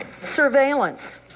surveillance